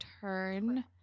turn